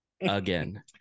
again